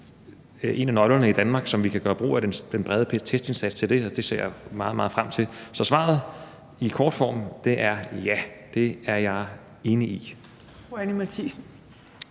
en af nøglerne, at vi i Danmark kan gøre brug af den brede testindsats til det, og det ser jeg meget, meget frem til. Så svaret i kort form er: Ja, det er jeg enig i.